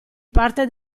parte